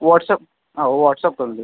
व्हॉट्स app हा WhatsApp करून देऊ